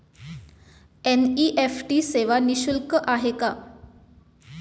NEFT सेवा निःशुल्क आहे का?